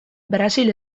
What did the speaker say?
brasil